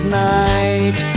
night